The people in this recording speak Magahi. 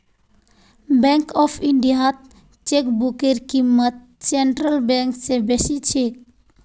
बैंक ऑफ इंडियात चेकबुकेर क़ीमत सेंट्रल बैंक स बेसी छेक